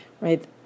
right